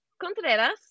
Contreras